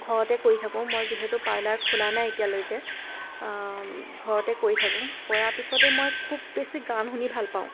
ঘৰতে কৰি থাকোঁ মই যিহেতু পাৰ্লাৰ খোলা নাই এতিয়ালৈকে ঘৰতে কৰি থাকোঁ কৰাৰ পিছতে মই খুব বেছি গান শুনি ভাল পাওঁ